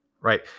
right